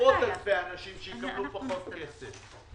עשרות אלפי אנשים יקבלו פחות כסף.